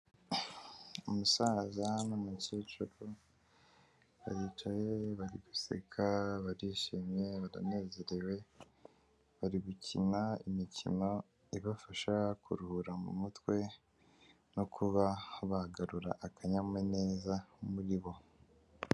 Umusaza n'umukecuru baricaye, bari guseka, barishimye, baranezerewe, bari gukina imikino ibafasha kuruhura mu mutwe no kuba bagarura akanyamuneza muri bo.